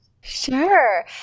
sure